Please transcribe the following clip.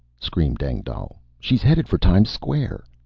screamed engdahl. she's headed for times square!